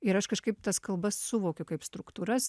ir aš kažkaip tas kalbas suvokiau kaip struktūras